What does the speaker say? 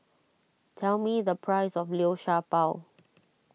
tell me the price of Liu Sha Bao